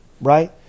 Right